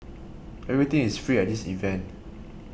everything is free at this event